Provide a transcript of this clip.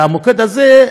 והמוקד הזה,